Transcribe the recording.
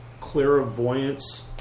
clairvoyance